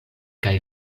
kaj